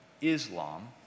Islam